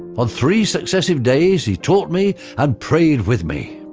on three succesive days he taught me and prayed with me.